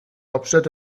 hauptstadt